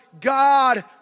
God